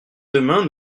demain